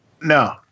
no